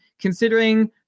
considering